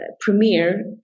premier